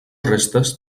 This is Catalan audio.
restes